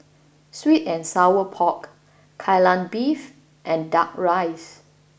Sweet and Sour Pork Kai Lan Beef and Duck Rice